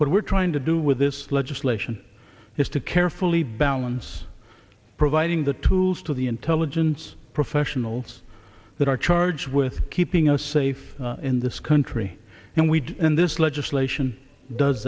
what we're trying to do with this legislation is to carefully balance writing the tools to the intelligence professionals that are charged with keeping us safe in this country and we in this legislation does